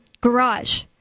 garage